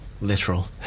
literal